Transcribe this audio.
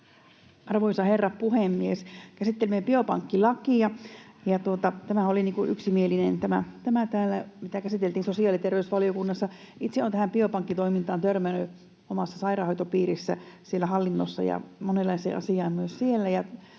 Arvoisa herra puhemies! Käsittelemme biopankkilakia, ja tämähän oli yksimielinen, mitä käsiteltiin sosiaali- ja terveysvaliokunnassa. Itse olen tähän biopankkitoimintaan törmännyt omassa sairaanhoitopiirissä siellä hallinnossa ja monenlaiseen asiaan myös siellä.